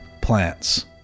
plants